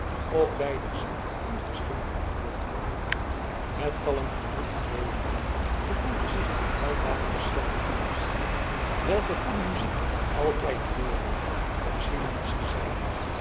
op beider ziel een verschillenden indruk gemaakt het kalm gemoed van deodaat gevoelde zich in die weldadige stemming gebracht welke goede muziek altijd teweegbrengt op zielen als de zijne